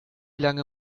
lange